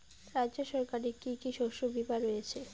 রাজ্য সরকারের কি কি শস্য বিমা রয়েছে?